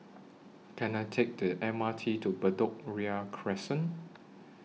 Can I Take The M R T to Bedok Ria Crescent